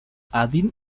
adin